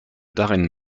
darren